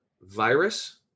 virus